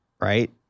right